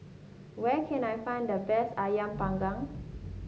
where can I find the best ayam panggang